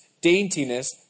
daintiness